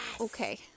Okay